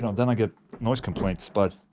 then i get noise complaints, but.